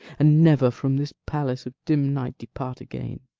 and never from this palace of dim night depart again